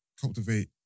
cultivate